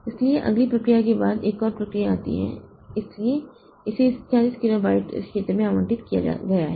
इसलिए अगली प्रक्रिया के बाद एक और प्रक्रिया आती है इसलिए इसे इस 40 किलोबाइट क्षेत्र में स्थान आवंटित किया गया है